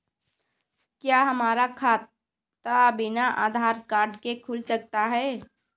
क्या हमारा खाता बिना आधार कार्ड के खुल सकता है?